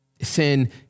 Sin